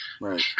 right